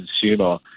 consumer